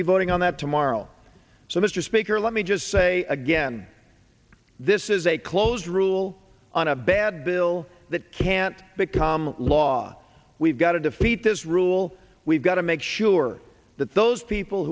to be voting on that tomorrow so mr speaker let me just say again this is a close rule on a bad bill that can't become law we've got to defeat this rule we've got to make sure that those people